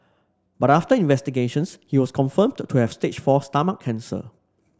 but after investigations he was confirmed to have stage four stomach cancer